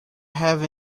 have